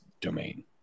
domain